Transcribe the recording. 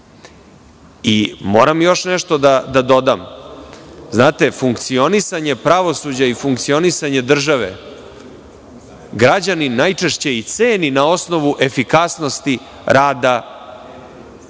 sve. Moram još nešto da dodam. Funkcionisanje pravosuđa i funkcionisanje države građanin najčešće i ceni na osnovu efikasnosti rada